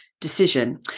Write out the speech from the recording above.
decision